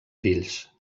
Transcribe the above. fills